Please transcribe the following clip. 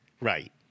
right